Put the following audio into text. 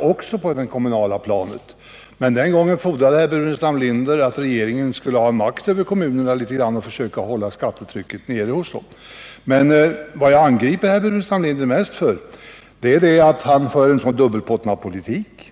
också låg på det kommunala planet. Herr Burenstam Linder krävde på den tiden att regeringen skulle utöva sin makt på kommunerna och hålla det kommunala skattetrycket nere. Men vad jag mest vill kritisera herr Burenstam Linder för är att han för en dubbelbottnad politik.